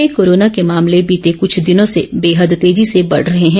देश में कोरोना के मामले बीते क्छ दिनों से बेहद तेजी से बढ़ रहे हैं